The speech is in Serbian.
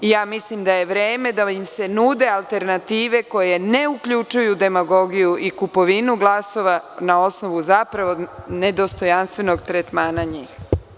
Mislim da je vreme da im se nude alternative koje ne uključuju demagogiju i kupovinu glasova na osnovu zapravo nedostojanstvenog tretmana njih.